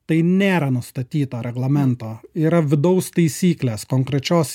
tai nėra nustatyto reglamento yra vidaus taisyklės konkrečios